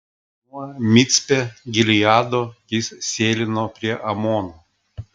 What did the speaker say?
nuo micpe gileado jis sėlino prie amono